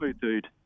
dude